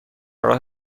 راه